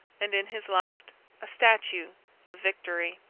and in his left a statue of victory.